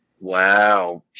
Wow